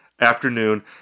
Afternoon